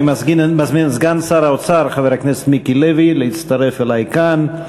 אני מזמין את סגן שר האוצר חבר הכנסת מיקי לוי להצטרף אלי כאן.